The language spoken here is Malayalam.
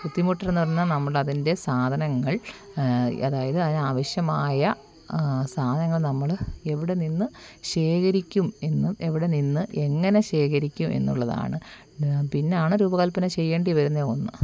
ബുദ്ധിമുട്ടെന്ന് പറഞ്ഞാൽ നമ്മളതിൻ്റെ സാധനങ്ങൾ അതായത് അതിനാവശ്യമായ സാധനങ്ങൾ നമ്മൾ എവിടെ നിന്ന് ശേഖരിക്കും എന്നും എവിടെ നിന്ന് എങ്ങനെ ശേഖരിക്കും എന്നുള്ളതാണ് പിന്നാണ് രൂപകൽപ്പന ചെയ്യേണ്ടി വരുന്നത് ഒന്ന്